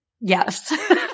Yes